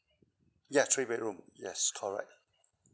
ya three bedroom yes correct